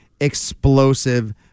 explosive